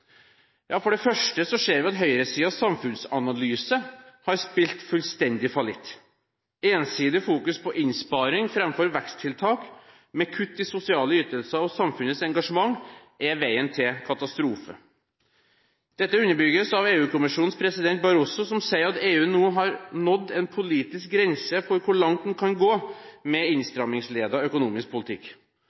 Ja, for det første ser vi at høyresidens samfunnsanalyse har spilt fullstendig fallitt. Ensidig fokus på innsparing framfor veksttiltak, med kutt i sosiale ytelser og samfunnets engasjement, er veien til katastrofe. Dette underbygges av EU-kommisjonens president, Barroso, som sier at EU nå har nådd en politisk grense for hvor langt en kan gå med innstrammingsledet økonomisk politikk.